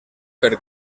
per